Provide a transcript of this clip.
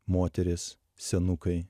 moterys senukai